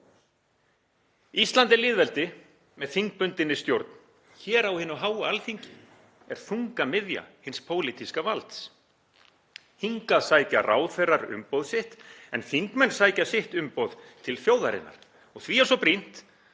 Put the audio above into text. Ísland er lýðveldi með þingbundinni stjórn. Hér á hinu háa Alþingi er þungamiðja hins pólitíska valds. Hingað sækja ráðherrar umboð sitt en þingmenn sækja sitt umboð til þjóðarinnar. Því er svo brýnt